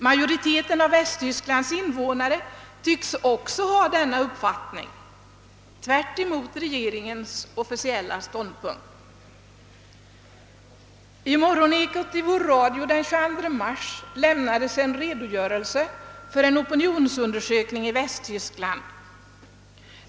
Majoriteten av Västtysklands invånare tycks också ha denna uppfattning, tvärtemot regeringens officiella ståndpunkt. I morgonekot i vår radio den 22 mars lämnades en redogörelse för en opinionsundersökning i Västtyskland.